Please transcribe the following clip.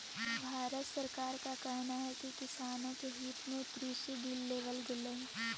भारत सरकार का कहना है कि किसानों के हित में कृषि बिल लेवल गेलई हे